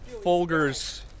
Folgers